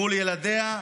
מול ילדיה,